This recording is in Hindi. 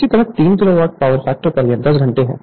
इसी तरह 3 किलोवाट पावर फैक्टर पर यह 10 घंटे है